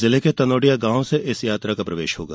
जिले के तनोडिया गॉव से यात्रा का प्रवेश होगा